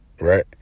Right